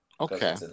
Okay